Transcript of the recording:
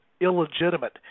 illegitimate